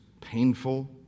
Painful